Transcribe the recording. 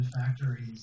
factories